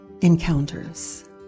encounters